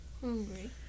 Hungry